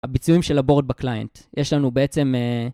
הביצועים של הבורד בקליינט, יש לנו בעצם...